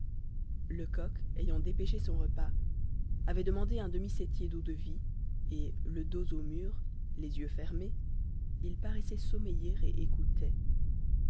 lecoq ayant dépêché son repas avait demandé un demi septier d'eau-de-vie et le dos au mur les yeux fermés il paraissait sommeiller